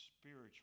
spiritual